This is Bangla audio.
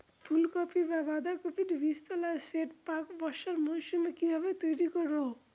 ফুলকপি বা বাঁধাকপির বীজতলার সেট প্রাক বর্ষার মৌসুমে কিভাবে তৈরি করব?